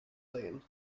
saying